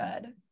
good